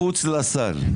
מחוץ לסל.